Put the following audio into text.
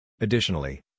Additionally